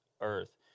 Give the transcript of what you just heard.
earth